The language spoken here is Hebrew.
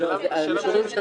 מאוד שאתה